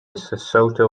sesotho